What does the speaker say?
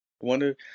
Wonder